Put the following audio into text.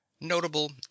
notable